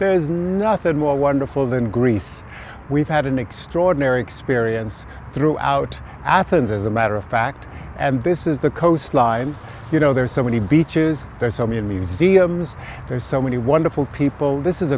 there's nothing more wonderful than greece we've had an extraordinary experience throughout athens as a matter of fact and this is the coastline you know there are so many beaches that's i mean museums there are so many wonderful people this is